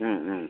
ம் ம்